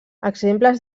exemples